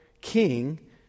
king